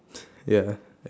ya